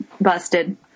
busted